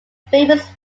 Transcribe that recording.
famous